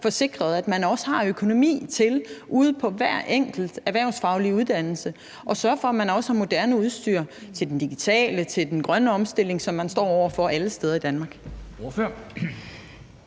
får sikret, at man har økonomi til ude på hver enkelt erhvervsfaglige uddannelse at sørge for, at man også har moderne udstyr til den digitale omstilling, til den grønne omstilling, som man står over for alle steder i Danmark.